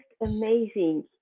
amazing